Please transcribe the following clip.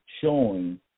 showing